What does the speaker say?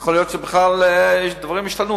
יכול להיות שבכלל דברים השתנו,